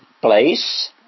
place